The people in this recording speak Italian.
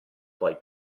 poi